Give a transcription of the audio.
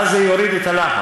ואז זה יוריד את הלחץ.